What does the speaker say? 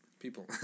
People